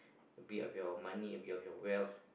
be of your money be of your wealth